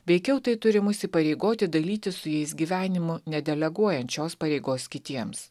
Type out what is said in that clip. veikiau tai turi mus įsipareigoti dalytis su jais gyvenimu nedeleguojant šios pareigos kitiems